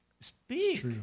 Speak